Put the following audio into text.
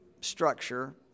structure